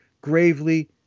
gravely